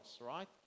right